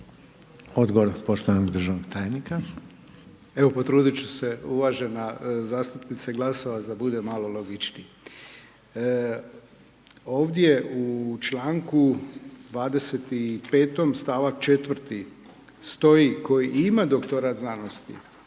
Odgovor poštovanog državnog tajnika. **Poljičak, Ivica** Evo, potrudit ću se uvažena zastupnica Glasovac da bude malo logičnije. Ovdje u čl. 25. st. 4. stoji, koji ima doktorat znanosti,